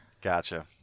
gotcha